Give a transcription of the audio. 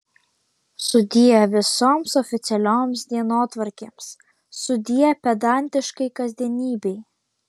sudie visoms oficialioms dienotvarkėms sudie pedantiškai kasdienybei